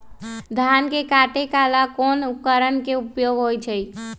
धान के काटे का ला कोंन उपकरण के उपयोग होइ छइ?